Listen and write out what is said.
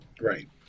Right